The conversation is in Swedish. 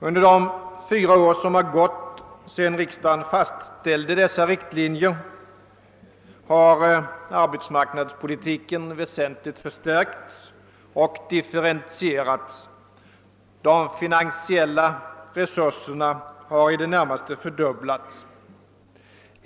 Under de fyra år som har gått sedan riksdagen fastställde dessa riktlinjer har arbetsmarknadspolitiken väsentligt förstärkts och differentierats. De finansiella resurserna har i det närmaste fördubblats.